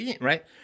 right